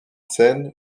scène